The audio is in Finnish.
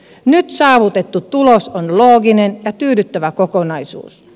nyt saavutettu tulos on looginen ja tyydyttävä kokonaisuus